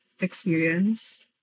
experience